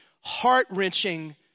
heart-wrenching